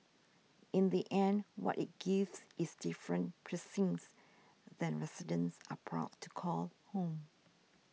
in the end what it gives is different precincts that residents are proud to call home